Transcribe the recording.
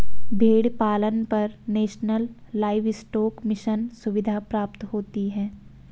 भेड़ पालन पर नेशनल लाइवस्टोक मिशन सुविधा प्राप्त होती है